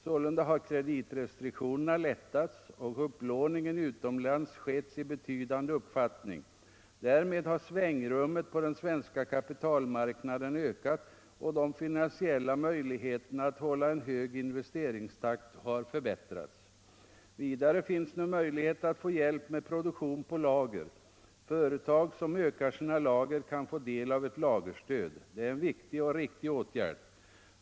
Sålunda har kreditrestriktionerna lättats och upplåningen utomlands skett i betydande omfåttning. Därmed har svängrummet på den svenska kapitalmarknaden ökat och de finansiella möjligheterna att hålla en hög investeringstakt förbättrats. Vidare finns nu möjlighet att få hjälp med produktion på lager. Företag som ökar sina lager kan få del av ett lagerstöd. Det är en viktig och riktig åtgärd.